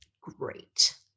great